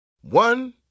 One